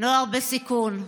נוער בסיכון,